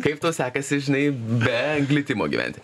kaip tau sekasi žinai be glitimo gyventi